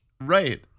Right